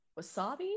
Wasabi